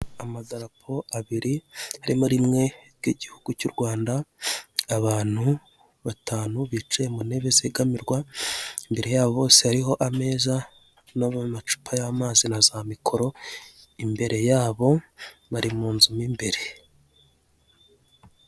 Amadarapo abiri harimo rimwe ry'igihugu cy'u Rwanda, abantu batanu bicaye mu ntebe zegamirwa, imbere yabo bose hariho ameza n'amacupa y'amazi na za mikoro, imbere yabo bari mu nzu mo imbere.